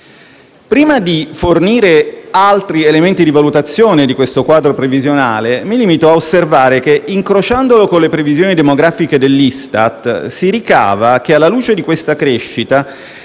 Prima di fornire altri elementi di valutazione di questo quadro previsionale, mi limito a osservare che, incrociandolo con le previsioni demografiche dell'Istat, si ricava che, alla luce di questa crescita,